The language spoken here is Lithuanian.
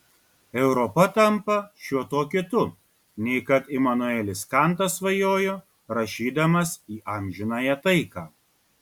europa tampa šiuo tuo kitu nei kad imanuelis kantas svajojo rašydamas į amžinąją taiką